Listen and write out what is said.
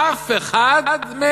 אף אחד מהם